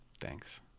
Thanks